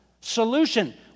solution